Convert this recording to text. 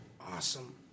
Awesome